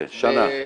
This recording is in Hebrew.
כן, שנה.